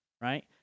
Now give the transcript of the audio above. right